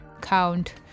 count